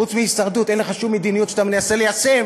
חוץ מהישרדות אין לך שום מדיניות שאתה מנסה ליישם,